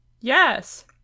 Yes